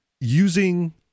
using